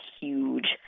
huge